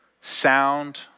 sound